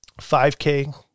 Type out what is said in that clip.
5K